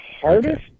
hardest